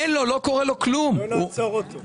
אף אחד לא עוצר אותו.